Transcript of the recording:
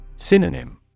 Synonym